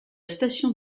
station